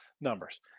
numbers